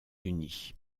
unis